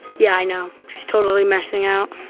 yeah, i know, she's totally missing out.